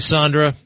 Sandra